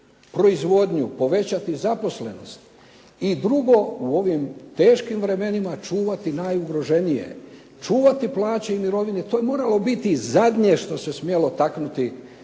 proizvodnju, povećati zaposlenost. I drugo, u ovim teškim vremenima čuvati najugroženije, čuvati plaće i mirovine. To je moralo biti zadnje što se smjelo taknuti,